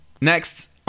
Next